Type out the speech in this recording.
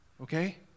Okay